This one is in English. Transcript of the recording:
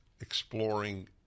exploring